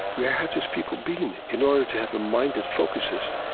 where have these people been in order to have a mind that focuses?